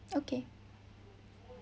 okay